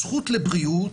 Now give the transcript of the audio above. הזכות לבריאות,